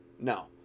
No